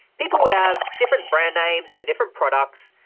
people would have different brand names for different products.